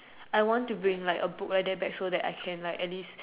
I want to bring like a book like that back so that I can like at least